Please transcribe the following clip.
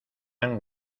han